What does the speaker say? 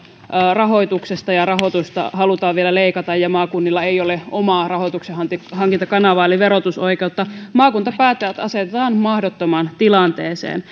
rahoituksesta ja rahoitusta halutaan vielä leikata ja maakunnilla ei ole omaa rahoituksenhankintakanavaa eli verotusoikeutta maakuntapäättäjät asetetaan mahdottomaan tilanteeseen